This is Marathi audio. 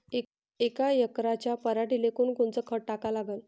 यका एकराच्या पराटीले कोनकोनचं खत टाका लागन?